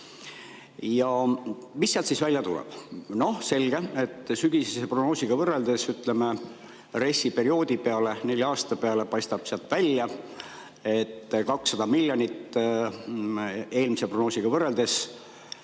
Ja mis sealt siis välja tuleb? Noh, selge, et sügisese prognoosiga võrreldes, ütleme, RES-i perioodi peale, nelja aasta peale, paistab sealt välja, et 200 miljonit eelmise prognoosiga võrreldes